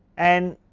and